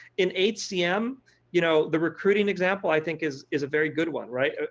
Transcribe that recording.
in hcm you know, the recruiting example i think is is a very good one right.